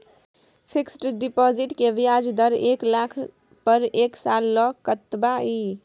Fixed deposit के ब्याज दर एक लाख पर एक साल ल कतबा इ?